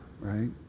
right